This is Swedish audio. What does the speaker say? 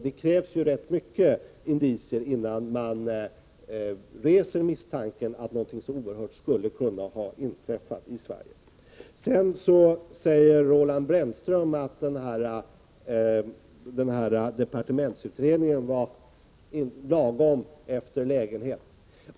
Det krävs rätt starka indicier innan man reser misstanken att något så oerhört skulle kunna ha inträffat i Sverige. Roland Brännström säger att departementsutredningen var lagad efter lägligheten.